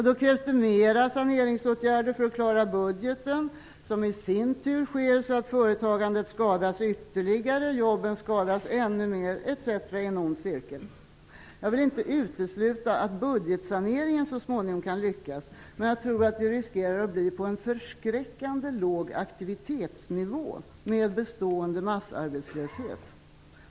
Då krävs det mera saneringsåtgärder för att klara budgeten, som i sin tur sker så att företagandet skadas ytterligare, jobben skadas ännu mer etc. i en ond cirkel. Jag vill inte utesluta att budgetsaneringen så småningom kan lyckas, men jag tror att det riskerar att bli på en förskräckande låg aktivitetsnivå, med bestående massarbetslöshet.